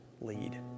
lead